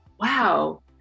wow